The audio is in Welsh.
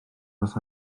oes